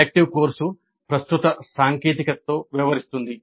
elective course ప్రస్తుత సాంకేతికతతో వ్యవహరిస్తుంది